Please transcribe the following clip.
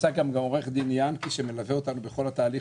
נמצא כאן גם עורך הדין ינקי שמלווה אותנו בכל התהליך